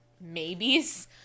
maybes